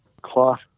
cloth